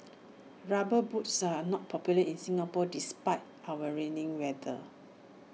rubber boots are not popular in Singapore despite our raining weather